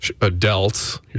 adults